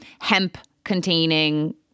hemp-containing